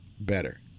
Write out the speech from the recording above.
better